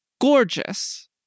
gorgeous